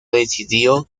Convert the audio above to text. decidió